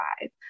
five